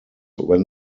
when